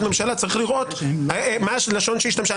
ממשלה צריך לראות מה הלשון שהשתמשו בה.